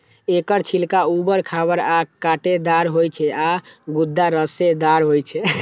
एकर छिलका उबर खाबड़ आ कांटेदार होइ छै आ गूदा रेशेदार होइ छै